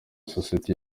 sosiyete